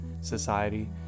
society